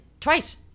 Twice